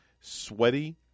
sweaty